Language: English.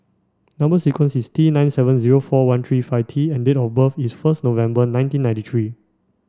number sequence is T nine seven four one three five T and date of birth is first November nineteen ninety three